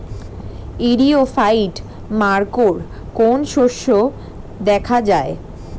ইরিও ফাইট মাকোর কোন শস্য দেখাইয়া যায়?